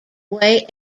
way